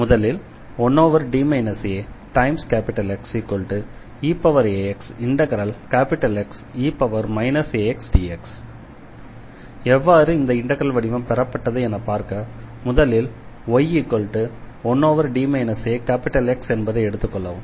எனவே முதலில் 1D aXeaxXe axdx எவ்வாறு இந்த இண்டெக்ரல் வடிவம் பெறப்பட்டது என பார்க்க முதலில் y1D aX என்பதை எடுத்துக்கொள்ளவும்